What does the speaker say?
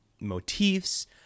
motifs